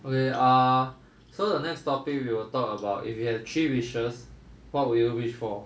okay err so the next topic we will talk about if you had three wishes what would you wish for